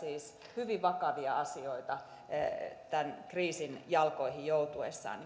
hyvin vakavia asioita kriisin jalkoihin joutuessaan